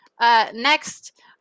Next